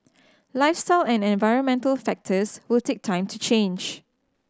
lifestyle and environmental factors will take time to change